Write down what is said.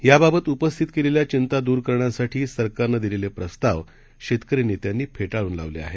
याबाबत उपस्थित केलेल्या चिंता दूर करण्यासाठी सरकारनं दिलेले प्रस्ताव शेतकरी नेत्यांनी फेटाळून लावले आहेत